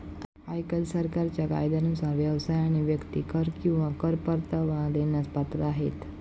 आयकर सरकारच्या कायद्यानुसार व्यवसाय आणि व्यक्ती कर किंवा कर परतावा देण्यास पात्र आहेत